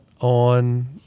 on